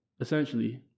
essentially